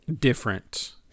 different